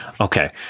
Okay